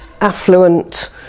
affluent